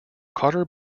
carter